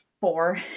four